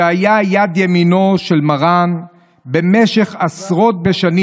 שהיה יד ימינו של מרן במשך עשרות בשנים